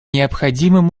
необходимым